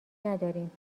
نداریم